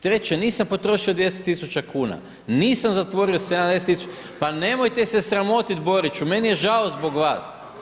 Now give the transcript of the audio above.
Treće, nisam potrošio 200 000 kuna, nisam zatvorio 70 000… … [[Upadica sa strane, ne razumije se.]] Pa nemojte se sramotiti, Boriću, meni je žao zbog vas.